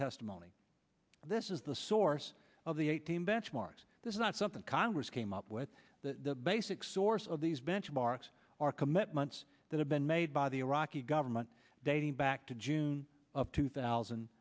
testimony this is the source of the eighteen benchmarks this is not something congress came up with the basic source of these benchmarks are commitments that have been made by the iraqi government dating back to june of two thousand